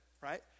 right